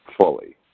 fully